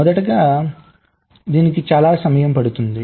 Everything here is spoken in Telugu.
మొదటగా దీనికి చాలా సమయం పడుతుంది